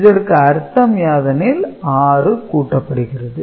இதற்கு அர்த்தம்யாதெனில் 6 கூட்டப்படுகிறது